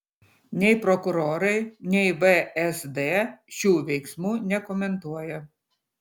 nei prokurorai nei vsd šių veiksmų nekomentuoja